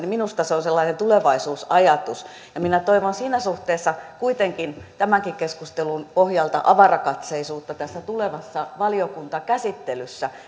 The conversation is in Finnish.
minusta se on sellainen tulevaisuusajatus ja minä toivon siinä suhteessa kuitenkin tämän keskustelun pohjalta avarakatseisuutta tässä tulevassa valiokuntakäsittelyssä